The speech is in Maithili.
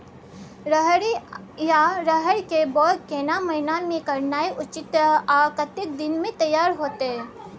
रहरि या रहर के बौग केना महीना में करनाई उचित आ कतेक दिन में तैयार होतय?